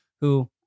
who-